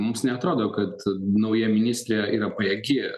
mums neatrodo kad nauja ministrė yra pajėgi